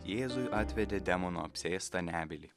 jėzui atvedė demono apsėstą nebylį